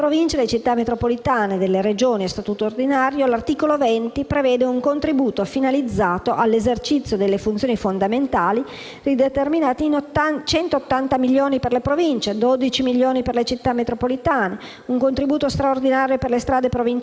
rideterminato in 180 milioni per le Province, 12 milioni per le Città metropolitane, un contributo straordinario per le strade provinciali di 170 milioni (all'inizio il contributo era previsto di 100 milioni) e tanti altri provvedimenti.